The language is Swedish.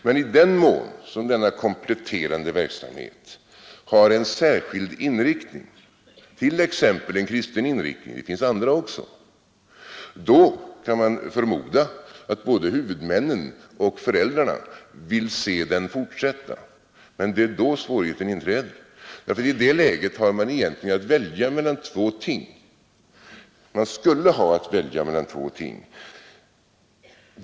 Men i den mån som denna kompletterande verksamhet har en särskild inriktning t.ex. en kristen inriktning, det finns också andra — kan man förmoda att både huvudmännen och föräldrarna vill att den fortsätter. Och det är då svårigheten inträder. I det läget skulle man egentligen ha att välja mellan två ting.